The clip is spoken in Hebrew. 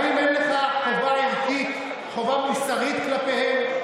האם אין לך חובה ערכית, חובה מוסרית כלפיהם?